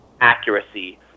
accuracy